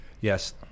Yes